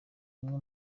bimwe